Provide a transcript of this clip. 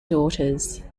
daughters